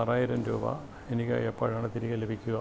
ആറായിരം രൂപ എനിക്ക് എപ്പോഴാണ് തിരികെ ലഭിക്കുക